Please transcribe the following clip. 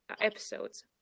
episodes